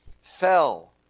fell